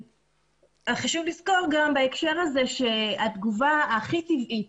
חשוב לזכור בהקשר הזה שהתגובה הכי טבעית